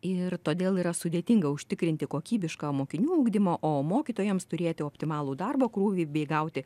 ir todėl yra sudėtinga užtikrinti kokybišką mokinių ugdymo o mokytojams turėti optimalų darbo krūvį bei gauti